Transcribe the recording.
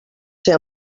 ser